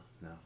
No